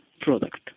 product